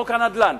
חוק הנדל"ן.